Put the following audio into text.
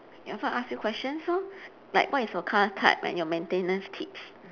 ya so I ask you questions lor like what is your car type and your maintenance tips